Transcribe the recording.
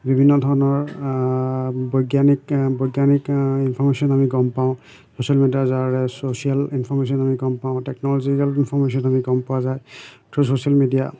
বিভিন্ন ধৰণৰ বৈজ্ঞানিক বৈজ্ঞানিক ইনফৰ্মেশ্যন আমি গম পাওঁ ছ'চিয়েল মিডিয়া যাৰ ছ'চিয়েল ইনফৰ্মেশ্যন আমি গম পাওঁ টেকন'লজিকেল ইনফৰ্মেশ্যন আমি গম পোৱা যায় থ্ৰু ছ'চিয়েল মিডিয়া